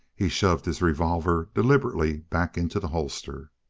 he shoved his revolver deliberately back into the holster.